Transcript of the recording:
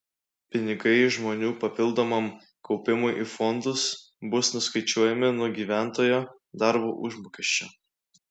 pinigai žmonių papildomam kaupimui į fondus bus nuskaičiuojami nuo gyventojo darbo užmokesčio